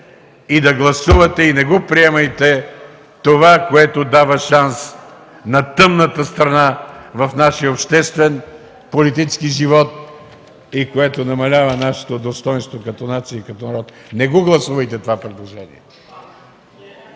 и да гласувате. Не приемайте това, което дава шанс на тъмната страна в нашия обществен политически живот и което намалява нашето достойнство като нация и народ. Не гласувайте това предложение!